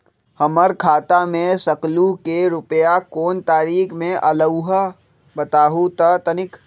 हमर खाता में सकलू से रूपया कोन तारीक के अलऊह बताहु त तनिक?